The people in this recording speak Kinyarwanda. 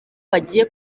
bagiye